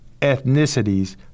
ethnicities